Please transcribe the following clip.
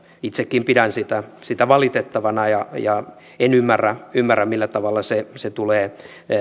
itsekin pidän sitä sitä valitettavana enkä ymmärrä millä tavalla se se tulee